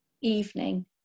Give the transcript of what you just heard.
evening